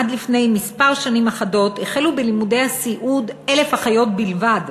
עד לפני שנים אחדות החלו בלימודי הסיעוד 1,000 סטודנטיות בלבד.